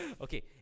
Okay